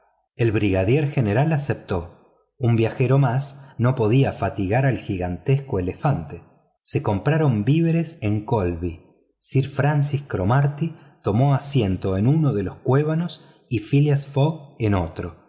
el brigadier general aceptó un viajero más no podía fatigar al gigantesco elefante se compraron víveres en kholby sir francis cromarty tomó asiento en uno de los cuévanos y phileas fogg en otro